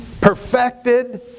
perfected